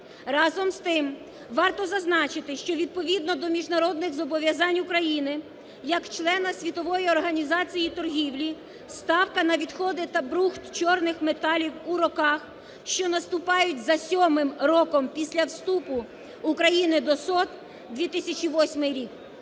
Разом з тим, варто зазначити, що відповідно до міжнародних зобов'язань України як члена Світової організації торгівлі ставка на відходи та брухт чорних металів у роках, що наступають за сьомим роком після вступу України до СОТ, 2008 рік,